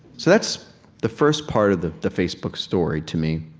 so that's the first part of the the facebook story, to me,